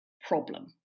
problem